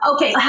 Okay